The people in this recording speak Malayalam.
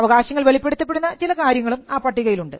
അവകാശങ്ങൾ വെളിപ്പെടുത്തപ്പെടുന്ന ചില കാര്യങ്ങളും ആ പട്ടികയിലുണ്ട്